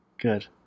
Good